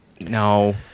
no